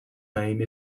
name